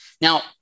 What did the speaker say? Now